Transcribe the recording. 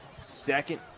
Second